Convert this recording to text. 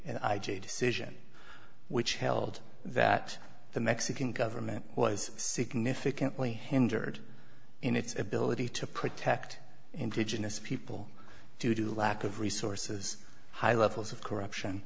and i j decision which held that the mexican government was significantly hindered in its ability to protect indigenous people to do lack of resources high levels of corruption